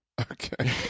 Okay